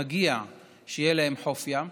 מגיע שיהיה להם חוף ים.